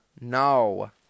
No